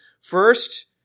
First